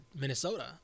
Minnesota